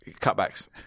Cutbacks